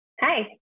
Hi